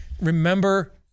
remember